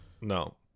No